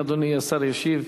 אדוני השר ישיב.